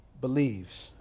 believes